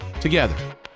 together